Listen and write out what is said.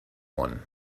one